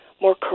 more